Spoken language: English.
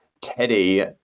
Teddy